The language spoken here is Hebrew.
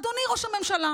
אדוני ראש הממשלה,